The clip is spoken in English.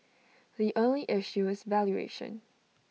the only issue is valuation